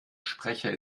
sprecher